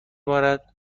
بارد